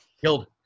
killed